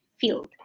field